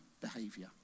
behavior